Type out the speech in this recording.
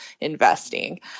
investing